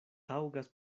taŭgas